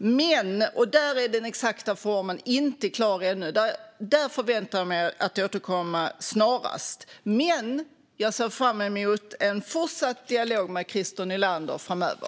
Efter det är den exakta formen inte klar ännu - där förväntar jag mig att återkomma snarast. Men jag ser fram emot en fortsatt dialog med Christer Nylander framöver.